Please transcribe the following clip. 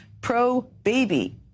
pro-baby